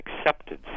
accepted